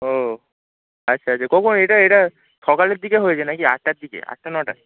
ও আচ্ছা আচ্ছা কখন এটা এটা সকালের দিকে হয়েছে নাকি আটটার দিকে আটটা নটায়